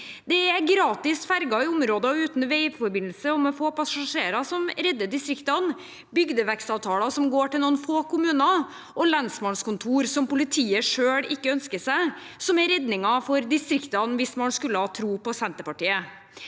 Det er gratis ferjer i områder uten veiforbindelse og med få passasjerer som redder distriktene, det er bygdevekstavtaler som går til noen få kommuner, og lensmannskontor som politiet selv ikke ønsker seg, som er redningen for distriktene – hvis man skulle tro på Senterpartiet.